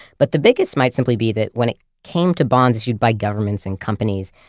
but the biggest might simply be that, when it came to bonds issued by governments and companies,